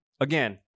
again